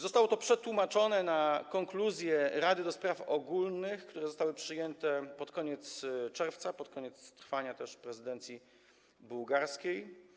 Zostało to przetłumaczone na konkluzje Rady do Spraw Ogólnych, które zostały przyjęte pod koniec czerwca, pod koniec trwania prezydencji bułgarskiej.